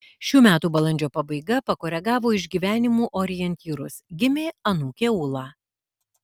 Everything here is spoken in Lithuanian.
šių metų balandžio pabaiga pakoregavo išgyvenimų orientyrus gimė anūkė ūla